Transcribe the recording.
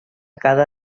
cada